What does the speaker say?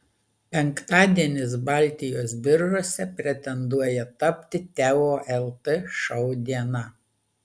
penktadienis baltijos biržose pretenduoja tapti teo lt šou diena